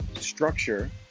structure